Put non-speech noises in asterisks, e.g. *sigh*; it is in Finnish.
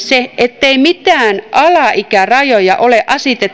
*unintelligible* se ettei mitään alaikärajoja ole